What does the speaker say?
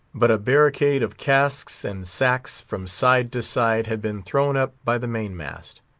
but a barricade of casks and sacks, from side to side, had been thrown up by the main-mast.